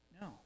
No